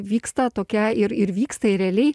vyksta tokia ir ir vyksta ir realiai